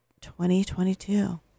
2022